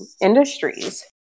industries